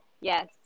Yes